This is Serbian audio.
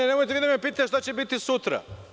Nemojte da me pitate šta će biti sutra.